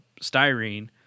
styrene